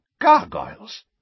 gargoyles